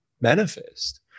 manifest